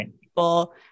people